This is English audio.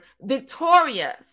victorious